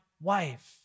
wife